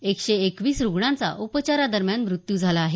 एकशे एकवीस रुग्णांचा उपचारांदरम्यान मृत्यू झाला आहे